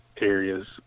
areas